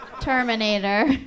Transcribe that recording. Terminator